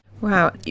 Wow